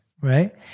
right